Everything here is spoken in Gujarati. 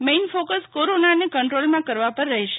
મેઇન ફોક્સ કોરોનાને કંટ્રોલમાં કરવા પર રહેશે